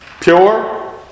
pure